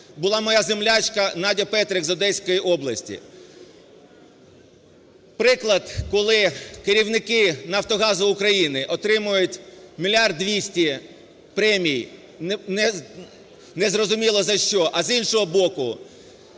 була моя землячка Надя Петрик з Одеської області. Приклад, коли керівники "Нафтогазу України" отримують мільярд 200 премію, не зрозуміло за що, а, з іншого боку,